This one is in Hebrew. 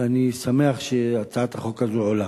ואני שמח שהצעת החוק הזאת עולה.